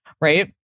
right